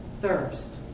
thirst